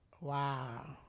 Wow